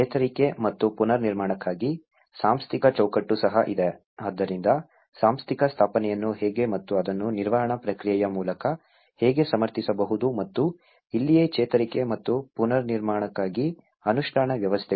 ಚೇತರಿಕೆ ಮತ್ತು ಪುನರ್ನಿರ್ಮಾಣಕ್ಕಾಗಿ ಸಾಂಸ್ಥಿಕ ಚೌಕಟ್ಟು ಸಹ ಇದೆ ಆದ್ದರಿಂದ ಸಾಂಸ್ಥಿಕ ಸ್ಥಾಪನೆಯನ್ನು ಹೇಗೆ ಮತ್ತು ಅದನ್ನು ನಿರ್ವಹಣಾ ಪ್ರಕ್ರಿಯೆಯ ಮೂಲಕ ಹೇಗೆ ಸಮರ್ಥಿಸಬಹುದು ಮತ್ತು ಇಲ್ಲಿಯೇ ಚೇತರಿಕೆ ಮತ್ತು ಪುನರ್ನಿರ್ಮಾಣಕ್ಕಾಗಿ ಅನುಷ್ಠಾನ ವ್ಯವಸ್ಥೆಗಳು